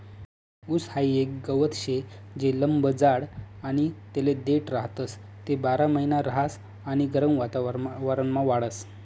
ऊस हाई एक गवत शे जे लंब जाड आणि तेले देठ राहतस, ते बारामहिना रहास आणि गरम वातावरणमा वाढस